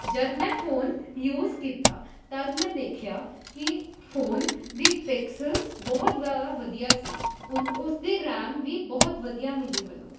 ਜਦ ਮੈਂ phone use ਕੀਤਾ ਤਦ ਮੈਂ ਦੇਖਿਆ ਕਿ ਫ਼ੋਨ ਦੀ ਪਿਕਸਲਸ ਬਹੁਤ ਜ਼ਿਆਦਾ ਵਧੀਆ ਸੀ ਉਨ ਉਸਦੀ ਰੈਮ ਵੀ ਬਹੁਤ ਵਧੀਆ ਮਿਲੀ ਮੈਨੂੰ